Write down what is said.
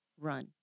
run